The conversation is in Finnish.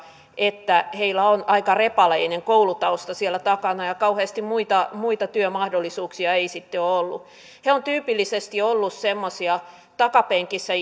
että heillä on aika repaleinen koulutausta siellä takana ja ja kauheasti muita muita työmahdollisuuksia ei sitten ole ole ollut he ovat tyypillisesti olleet semmoisia takapenkissä